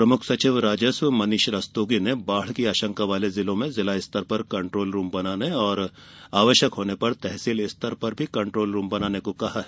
प्रमुख सचिव राजस्व मनीष रस्तोगी ने बाढ़ की आशंका वाले जिलों में जिला स्तर पर कन्ट्रोल रूम बनाने और आवश्यक होने पर तहसील स्तर पर भी कन्ट्रोल रूम बनाने को कहा है